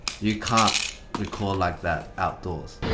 you can't record like that outdoors.